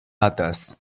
others